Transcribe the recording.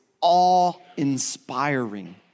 awe-inspiring